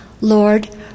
Lord